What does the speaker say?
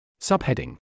Subheading